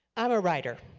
i am a writer.